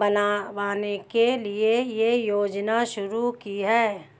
बनवाने के लिए यह योजना शुरू की है